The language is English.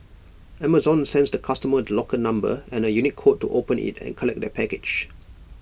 Amazon sends the customer the locker number and A unique code to open IT and collect their package